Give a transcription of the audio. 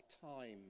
time